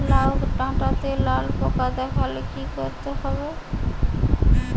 লাউ ডাটাতে লাল পোকা দেখালে কি করতে হবে?